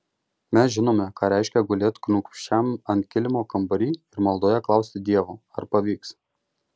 mes žinome ką reiškia gulėt kniūbsčiam ant kilimo kambary ir maldoje klausti dievo ar pavyks